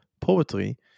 poetry